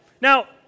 Now